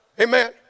Amen